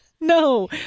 No